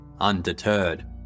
Undeterred